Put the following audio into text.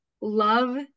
love